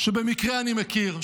שבמקרה אני מכיר.